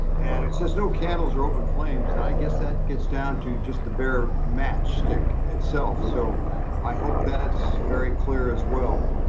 and it says no candles or open flames. and i guess that gets down to just the bare match stick itself. so i hope that's very clear as well.